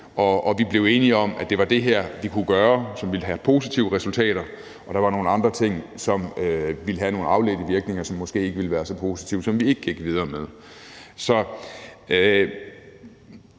og vi blev enige om, at det var det her, vi kunne gøre, som ville give positive resultater, og at der var nogle andre ting, som ville have nogle afledte virkninger, som måske ikke ville være så positive, og som vi ikke gik videre med. Det